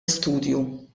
istudju